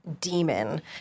demon